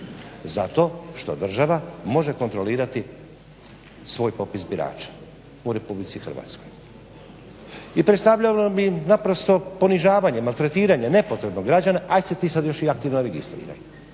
Zato što država može kontrolirati svoj popis birača u Republici Hrvatskoj. I predstavljalo bi naprosto ponižavanje, maltretiranje nepotrebno građana, ajd se ti još i aktivno registriraj,